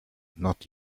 not